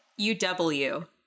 UW